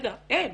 הם.